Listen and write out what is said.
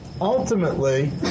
Ultimately